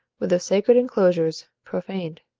with their sacred enclosures, profaned.